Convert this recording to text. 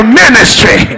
ministry